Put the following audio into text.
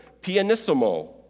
pianissimo